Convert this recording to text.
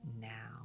now